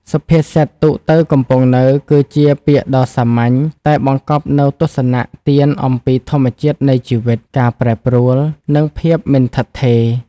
សុភាសិត ទូកទៅ កំពង់នៅ គឺជាពាក្យដ៏សាមញ្ញ តែបង្កប់នូវទស្សនៈទានអំពីធម្មជាតិនៃជីវិត ការប្រែប្រួល និងភាពមិនឋិតថេរ។